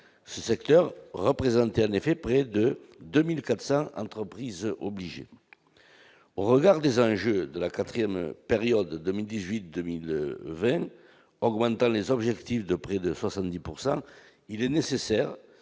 Ce secteur représentait en effet près de 2 400 entreprises obligées. Au regard des enjeux de la quatrième période d'obligation 2018-2020, qui augmente les objectifs de près de 70 %, il est nécessaire